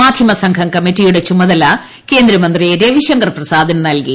മാധ്യമസംഘം കമ്മിറ്റിയുടെ ചുമതല കേന്ദ്രമന്ത്രി രവിശങ്കർ പ്രസാദിന് നൽകി